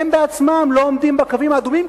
הם עצמם לא עומדים בקווים האדומים,